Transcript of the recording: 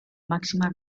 máxima